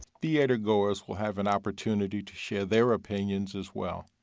theater goers will have an opportunity to share their opinions as well.